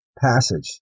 passage